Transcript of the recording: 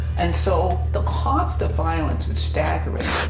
and, so, the cost of violence is staggering.